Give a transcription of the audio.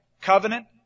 Covenant